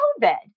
COVID